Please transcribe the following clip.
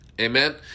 Amen